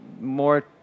more